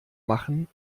machen